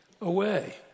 away